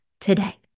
today